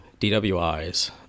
DWIs